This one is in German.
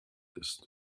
ist